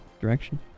direction